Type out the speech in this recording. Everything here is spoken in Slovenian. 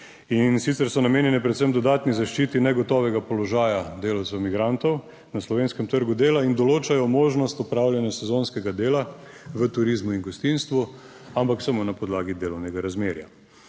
sicer so namenjene predvsem dodatni zaščiti negotovega položaja delavcev migrantov na slovenskem trgu dela in določajo možnost opravljanja sezonskega dela. V turizmu in gostinstvu, ampak samo na podlagi delovnega razmerja.